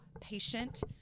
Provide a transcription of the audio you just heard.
patient